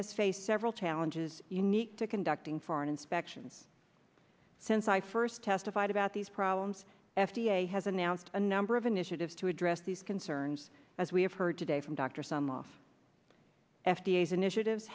has faced several challenges unique to conducting foreign inspections since i first testified about these problems f d a has announced a number of initiatives to address these concerns as we have heard today from dr some off f d a as initiatives